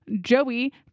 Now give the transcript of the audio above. Joey